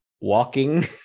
walking